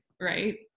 Right